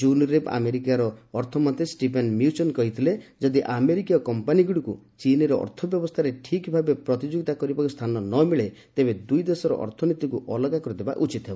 ଜୁନ୍ରେ ଆମେରିକାର ଅର୍ଥମନ୍ତ୍ରୀ ଷ୍ଟିଭେନ୍ ମ୍ୟୁଚିନ୍ କହିଥିଲେ ଯଦି ଆମେରିକୀୟ କମ୍ପାନୀଗୁଡ଼ିକୁ ଚୀନ୍ର ଅର୍ଥ ବ୍ୟବସ୍ଥାରେ ଠିକ୍ ଭାବେ ପ୍ରତିଯୋଗିତା କରିବାକୁ ସ୍ଥାନ ନ ମିଳେ ତେବେ ଦୁଇ ଦେଶର ଅର୍ଥନୀତିକୁ ଅଲଗା କରିଦେବା ଉଚିତ ହେବ